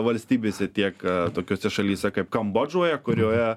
valstybėse tiek tokiose šalyse kaip kambodžoje kurioje